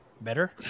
Better